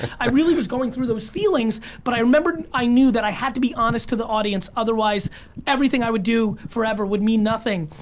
i really was going through those feelings but i remember i knew that i had to be honest to the audience otherwise everything i would do forever would mean nothing.